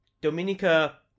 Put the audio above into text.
Dominica